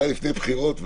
וזה היה לפני בחירות,